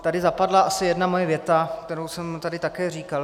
Tady zapadla asi jedna moje věta, kterou jsem tady také říkal.